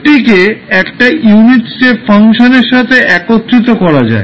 f কে একটা unit step function এর সাথে একত্রিত করা যায়